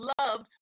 loved